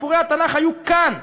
סיפורי התנ"ך היו כאן,